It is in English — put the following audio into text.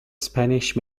spanish